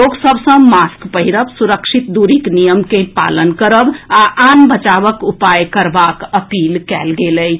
लोक सभ सँ मास्क पहिरब सुरक्षित दूरीक नियम के पालन करब आ आन बचावक उपाय करबाक अपील कएल गेल अछि